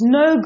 no